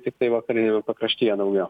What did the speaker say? tiktai vakariniame pakraštyje naujo